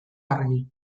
argi